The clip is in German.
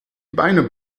beine